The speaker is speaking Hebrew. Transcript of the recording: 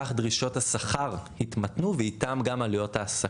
כך דרישות השכר יתמתנו ואיתן גם עלויות ההעסקה.